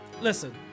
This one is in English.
listen